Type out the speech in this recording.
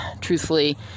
truthfully